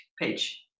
page